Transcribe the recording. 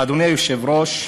אדוני היושב-ראש,